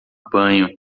banho